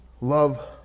Love